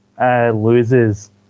loses